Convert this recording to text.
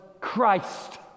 Christ